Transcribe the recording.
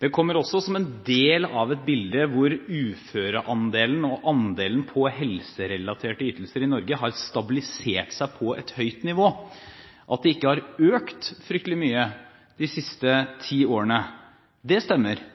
Det kommer også som en del av et bilde hvor uføreandelen og andelen på helserelaterte ytelser i Norge har stabilisert seg på et høyt nivå. At det ikke har økt fryktelig mye de siste ti årene, stemmer,